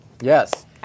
Yes